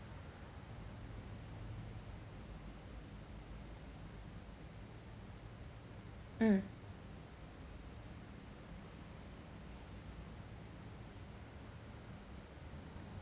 mm